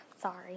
Sorry